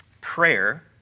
Prayer